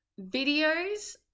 videos